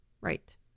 Right